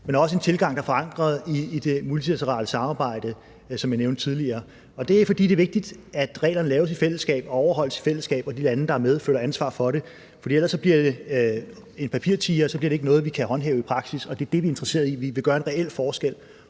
dels en tilgang, der er forankret i det multilaterale samarbejde, som jeg nævnte tidligere. Det er, fordi det er vigtigt, at reglerne laves i fællesskab og overholdes i fællesskab, og at de lande, der er med, føler ansvar for det. For ellers bliver det en papirtiger, og så bliver det ikke noget, vi kan håndhæve i praksis. Det er det, vi er interesseret i. Vi vil gøre en reel forskel